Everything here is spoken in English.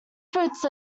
fruits